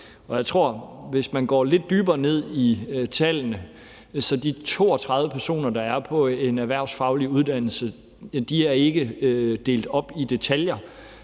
at man, hvis man går lidt dybere ned i tallene, vil se, at de 32 personer, der er på en erhvervsfaglig uddannelse, ikke er delt op i detaljer,